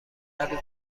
هرروز